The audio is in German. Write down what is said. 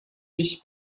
ich